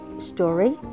story